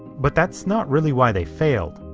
but that's not really why they failed.